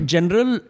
General